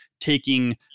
taking